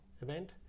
event